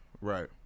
right